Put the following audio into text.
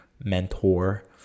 mentor